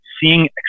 seeing